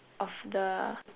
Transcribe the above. of the